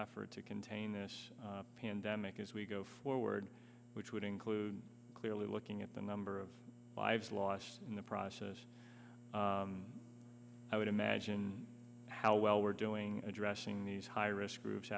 effort to contain this pandemic as we go forward which would include clearly looking at the number of lives lost in the process i would imagine how well we're doing addressing these high risk groups